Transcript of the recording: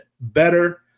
better